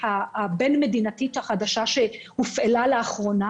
הבין-מדינתית החדשה שהופעלה לאחרונה,